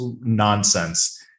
nonsense